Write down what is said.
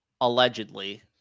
allegedly